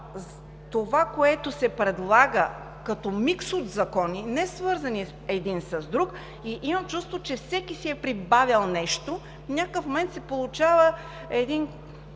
това, което се предлага като микс от закони, несвързани един с друг. Имам чувството, че всеки си е прибавял нещо – в някакъв момент се получава